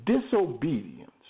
disobedience